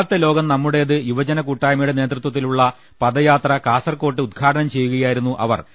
നാളത്തെ ലോകം നമ്മുടേത് യുവജനകൂട്ടായ്മയുടെ നേതൃത്വത്തിലുള്ള പദ യാത്ര കാസർകോട് ഉദ്ഘാടനം ചെയ്യുകയായിരുന്നു അവർ